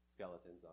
Skeletons